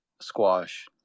squash